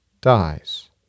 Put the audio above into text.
dies